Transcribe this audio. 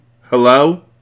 Hello